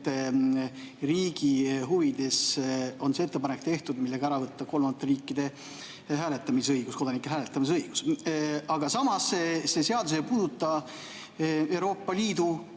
et riigi huvides on tehtud see ettepanek, millega ära võtta kolmandate riikide kodanikelt hääletamisõigus. Aga samas see seadus ei puuduta Euroopa Liidu